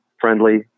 friendly